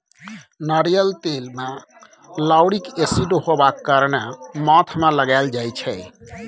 नारियल तेल मे लाउरिक एसिड हेबाक कारणेँ माथ मे लगाएल जाइ छै